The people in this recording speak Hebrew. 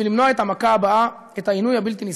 בשביל למנוע את המכה הבאה, את העינוי הבלתי-נסבל.